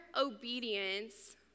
obedience